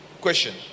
question